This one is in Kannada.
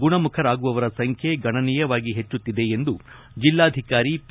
ಗುಣಮುಖರಾಗುವವರ ಸಂಖ್ಯೆ ಗಣನೀಯವಾಗಿ ಹೆಚ್ಚುತ್ತಿದೆ ಎಂದು ಜಿಲ್ಲಾಧಿಕಾರಿ ಪಿ